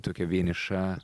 tokia vieniša